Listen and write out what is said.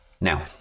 now